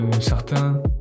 certains